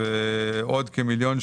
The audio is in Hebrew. עם כמות ניקוטין